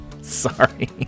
Sorry